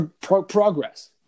progress